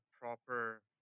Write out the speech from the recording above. proper